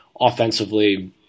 Offensively